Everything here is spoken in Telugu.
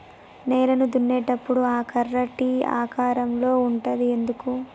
నేలను దున్నేటప్పుడు ఆ కర్ర టీ ఆకారం లో ఉంటది ఎందుకు?